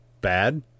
bad